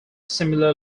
similar